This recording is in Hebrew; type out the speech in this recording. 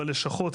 בלשכות,